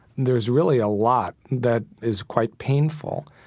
there's really a lot that is quite painful.